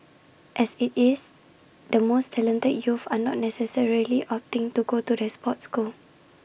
as IT is the most talented youth are not necessarily opting to go to the sports school